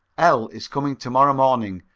l. is coming to-morrow morning,